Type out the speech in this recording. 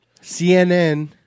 CNN